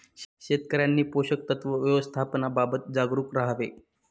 शेतकऱ्यांनी पोषक तत्व व्यवस्थापनाबाबत जागरूक राहावे